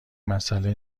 مسئله